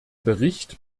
bericht